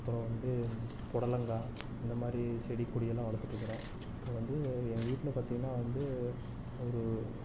அப்புறம் வந்து புடலங்கா இந்தமாதிரி செடி கொடி எல்லாம் வளர்த்துட்டு இருக்கிறேன் இப்போது வந்து எங்கள் வீட்டில் பார்த்திங்கன்னா வந்து ஒரு